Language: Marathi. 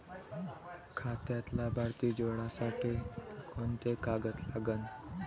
खात्यात लाभार्थी जोडासाठी कोंते कागद लागन?